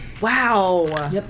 wow